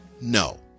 No